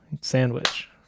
sandwich